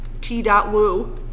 T.Woo